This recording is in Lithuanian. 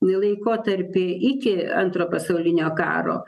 laikotarpį iki antrojo pasaulinio karo